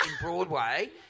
Broadway